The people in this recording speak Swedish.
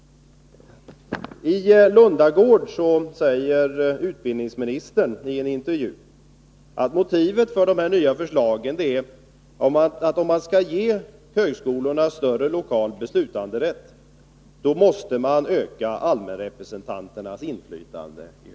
I Lundagård säger däremot utbildningsministern i en intervju att motivet för de nya förslagen är att man måste öka allmänrepresentanternas inflytande i högskolestyrelserna om man skall ge högskolorna större lokal beslutanderätt.